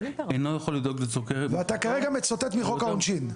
אינו יכול לדאוג לצורכי --- ואתה כרגע מצטט מחוק העונשין.